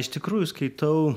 iš tikrųjų skaitau